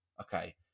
okay